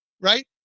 right